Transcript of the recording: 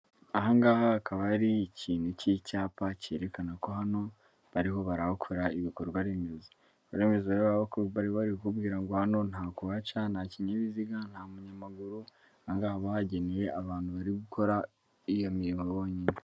Ahangaha hakaba hari ikintu cy'icyapa cyerekana ko hano bariho barawukora ibikorwaremezo, aremezare bari kubabwira ngo hano nta kuwaca, nta kinyabiziga, nta munyamaguru, haba hagenewe abantu bari gukora iyo mirimo bonyine.